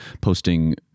posting